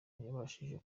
ntiyabashije